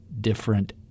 different